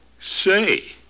Say